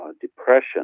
depression